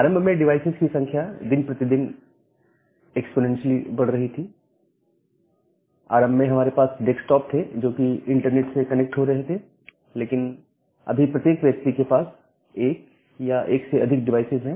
आरंभ में हमारे पास डेस्कटॉप थे जो कि इंटरनेट से कनेक्ट हो रहे थे लेकिन अभी प्रत्येक व्यक्ति के पास एक या एक से अधिक डिवाइसेज हैं